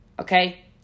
Okay